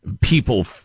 people